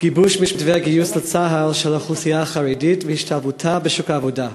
גיבוש מתווה הגיוס לצה"ל של האוכלוסייה החרדית והשתלבותה בשוק העבודה.